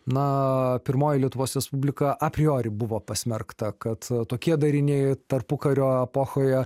na pirmoji lietuvos respublika apriori buvo pasmerkta kad tokie dariniai tarpukario epochoje